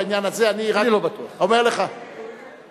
אני לא בתוך העניין הזה, אני רק אומר לך, כן.